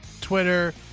Twitter